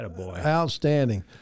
Outstanding